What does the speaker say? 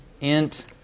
int